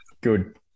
Good